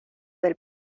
del